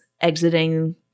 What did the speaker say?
exiting